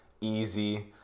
easy